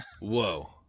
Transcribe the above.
Whoa